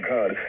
God